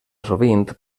sovint